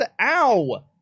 Ow